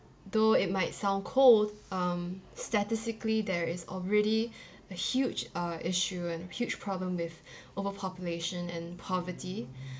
though it might sound cold um statistically there is already a huge uh issue and a huge problem with overpopulation and poverty